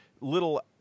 little